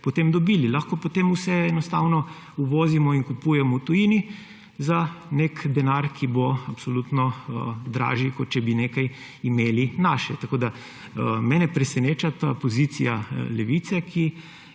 projekte, dobili. Lahko potem vse enostavno uvozimo in kupujemo v tujini za neki denar, ki bo absolutno dražji kot, če bi imeli nekaj našega. Mene preseneča ta pozicija Levice, ki